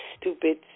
stupid